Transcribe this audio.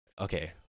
okay